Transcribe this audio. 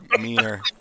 meaner